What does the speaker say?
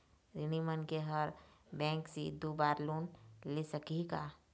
ऋणी मनखे हर बैंक से दो बार लोन ले सकही का?